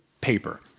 paper